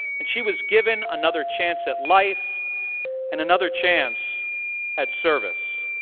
and she was given another chance at life and another chance at service,